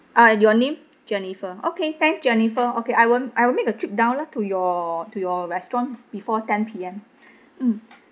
ah your name jennifer okay thanks jennifer okay I will I will make a trip down lah to your to your restaurant before ten P_M mm